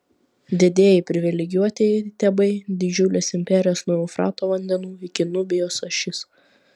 didieji privilegijuotieji tebai didžiulės imperijos nuo eufrato vandenų iki nubijos ašis